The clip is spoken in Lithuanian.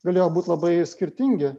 galėjo būt labai skirtingi